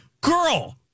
girl